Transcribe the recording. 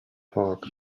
park